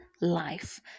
life